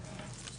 תשבי בבקשה,